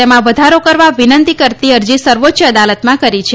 તેમાં વધારો કરવા વિનંતી કરતી અરજી સર્વોચ્ય અદાલતમાં કરી છે